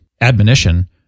admonition